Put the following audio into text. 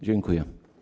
Dziękuję.